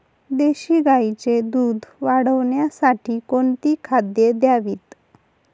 देशी गाईचे दूध वाढवण्यासाठी कोणती खाद्ये द्यावीत?